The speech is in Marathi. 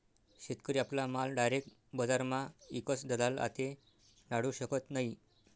शेतकरी आपला माल डायरेक बजारमा ईकस दलाल आते नाडू शकत नै